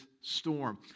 storm